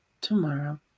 tomorrow